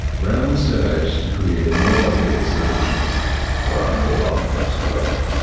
realm set out to create a mobile data solution for our mobile first world.